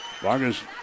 Vargas